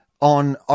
on